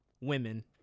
women